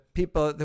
people